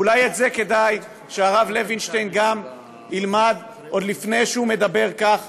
ואולי את זה כדאי שהרב לוינשטיין ילמד עוד לפני שהוא מדבר כך